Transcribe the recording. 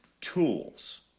tools